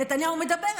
נתניהו מדבר,